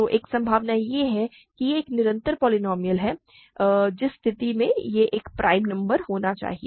तो एक संभावना यह है कि यह एक निरंतर पॉलिनॉमियल है जिस स्थिति में यह एक प्राइम नंबर होनी चाहिए